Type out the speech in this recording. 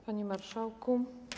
Panie Marszałku!